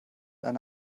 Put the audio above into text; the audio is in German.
eine